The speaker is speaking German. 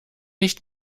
nicht